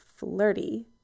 flirty